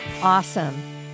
Awesome